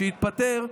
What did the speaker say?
שהתפטר,